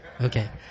Okay